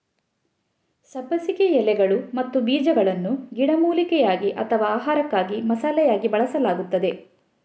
ಸಬ್ಬಸಿಗೆ ಎಲೆಗಳು ಮತ್ತು ಬೀಜಗಳನ್ನು ಗಿಡಮೂಲಿಕೆಯಾಗಿ ಅಥವಾ ಆಹಾರಕ್ಕಾಗಿ ಮಸಾಲೆಯಾಗಿ ಬಳಸಲಾಗುತ್ತದೆ